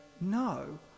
no